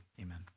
amen